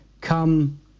come